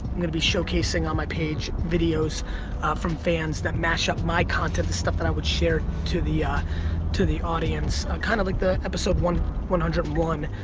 gonna be showcasing on my page videos from fans that mash-up my content, the stuff that i would share to the to the audience. kind of like the episode one one hundred and one.